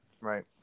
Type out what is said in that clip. Right